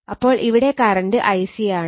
അപ്പോൾ ഇവിടെ current Ic ആണ്